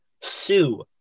Sue